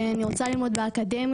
אני רוצה ללמוד באקדמיה,